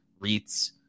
REITs